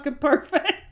perfect